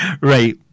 Right